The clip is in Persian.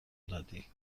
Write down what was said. دادی